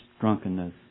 drunkenness